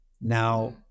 Now